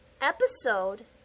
Episode